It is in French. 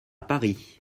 paris